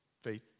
faith